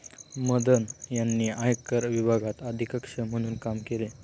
मदन यांनी आयकर विभागात अधीक्षक म्हणून काम केले